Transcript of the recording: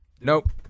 Nope